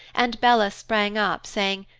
and bella sprang up, saying,